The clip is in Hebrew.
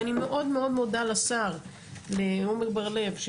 ואני מאוד מאוד מודה לשר עמר בר לב,